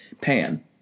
Pan